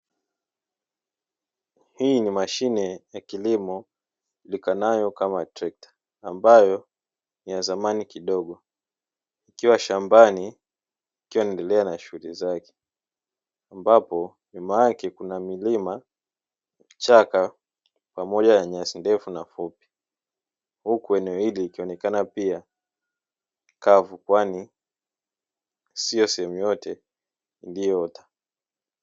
Hii ni mashine ya kilimo ijulikanayo kama trekta ambayo ni ya zamani kidogo, ikiwa shambani ikiwa inaendelea na shughuli zake ambapo nyuma yake kuna milima, vichaka pamoja na nyasi ndefu na fupi. Huku eneo hili ikionekana pia kavu kwani sio sehemu yote iliyoota.